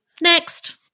next